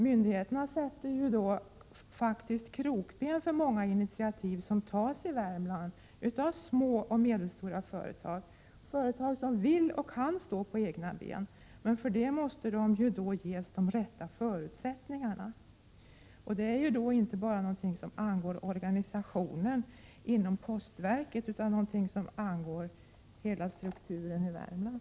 Myndigheterna sätter därmed faktiskt krokben för många initiativ som tas i Värmland av små och medelstora företag. Det är företag som vill och kan stå på egna ben, men de måste ges de rätta förutsättningarna. Det är inte bara någonting som angår organisationen inom postverket, utan det angår hela strukturen i Värmland.